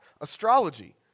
astrology